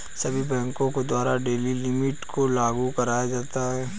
सभी बैंकों के द्वारा डेली लिमिट को लागू कराया जाता है